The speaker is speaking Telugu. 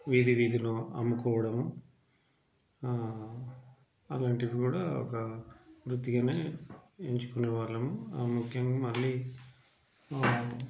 వీధివీధిలో అమ్ముకోవడం అలాంటివి కూడా ఒక వృత్తిగానే ఎంచుకునే వాళ్ళము ఆ ముఖ్యంగా మళ్ళీ